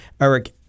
Eric